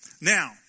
Now